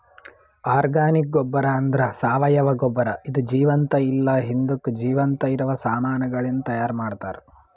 organic ಗೊಬ್ಬರ ಅಂದ್ರ ಸಾವಯವ ಗೊಬ್ಬರ ಇದು ಜೀವಂತ ಇಲ್ಲ ಹಿಂದುಕ್ ಜೀವಂತ ಇರವ ಸಾಮಾನಗಳಿಂದ್ ತೈಯಾರ್ ಮಾಡ್ತರ್